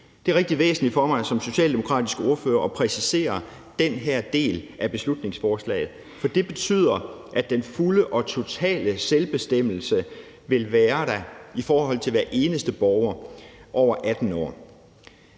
Det er rigtig væsentligt for mig som socialdemokratisk ordfører at præcisere den her del af beslutningsforslaget, for det betyder, at den fulde og totale selvbestemmelse vil være der for hver eneste borger over 18 år.